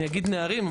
אני אגיד לנערים,